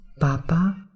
Papa